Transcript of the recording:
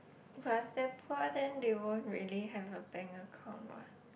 but if they're poor then they won't really have a bank account what